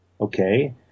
Okay